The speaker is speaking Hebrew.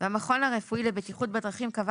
והמכון הרפואי לבטיחות בדרכים קבע